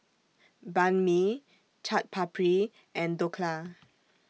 Banh MI Chaat Papri and Dhokla